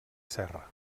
serra